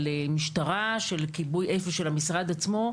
של המשטרה ושל המשרד עצמו,